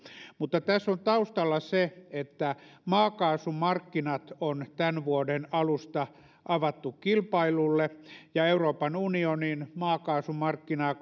tässä on taustalla se että maakaasumarkkinat on tämän vuoden alusta avattu kilpailulle euroopan unionin maakaasumarkkinaa